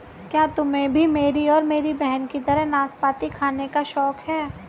क्या तुम्हे भी मेरी और मेरी बहन की तरह नाशपाती खाने का शौक है?